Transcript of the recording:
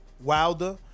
Wilder